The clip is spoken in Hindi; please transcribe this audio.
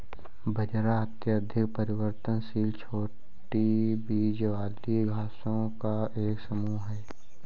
बाजरा अत्यधिक परिवर्तनशील छोटी बीज वाली घासों का एक समूह है